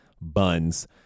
buns